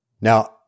Now